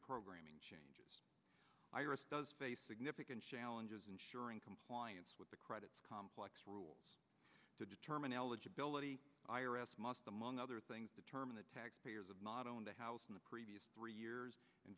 programming changes i r s does face significant challenges ensuring compliance with the credit complex rules to determine eligibility i r s must among other things determine the tax payers of not own the house in the previous three years and